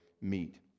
meet